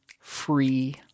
free